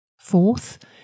Fourth